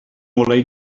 ngolau